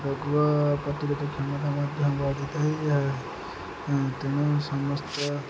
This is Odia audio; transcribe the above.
ତେଣୁ ସମସ୍ତ